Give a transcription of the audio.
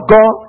God